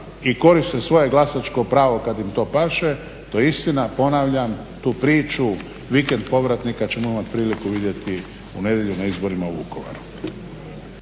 i koriste svoje glasačko pravo kad im to paše, to je istina, ponavljam tu priču vikend povratnika ćemo imati priliku vidjeti u nedjelju na izborima u Vukovaru.